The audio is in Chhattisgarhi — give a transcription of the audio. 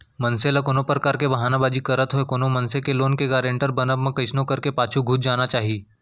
मनसे ल कोनो परकार के बहाना बाजी करत होय कोनो मनसे के लोन के गारेंटर बनब म कइसनो करके पाछू घुंच जाना चाही